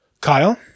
Kyle